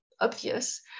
obvious